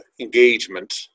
engagement